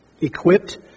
equipped